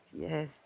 Yes